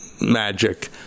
magic